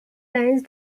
lines